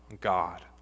God